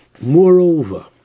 Moreover